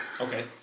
Okay